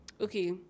okay